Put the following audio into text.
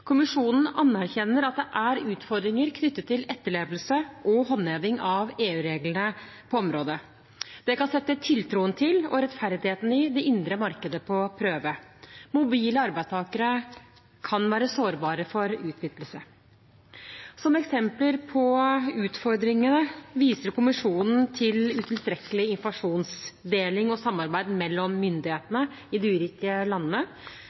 Kommisjonen anerkjenner at det er utfordringer knyttet til etterlevelse og håndheving av EU-reglene på området. Det kan sette tiltroen til, og rettferdigheten i, det indre markedet på prøve. Mobile arbeidstakere kan være sårbare for utnyttelse. Som eksempler på utfordringene viser Kommisjonen til utilstrekkelig informasjonsdeling og samarbeid mellom